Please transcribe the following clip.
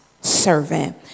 servant